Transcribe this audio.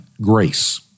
grace